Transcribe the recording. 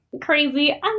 crazy